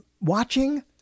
watching